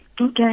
Okay